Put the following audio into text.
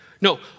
no